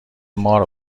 مار